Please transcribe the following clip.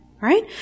Right